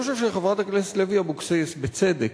אני חושב שחברת הכנסת לוי אבקסיס, בצדק,